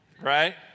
right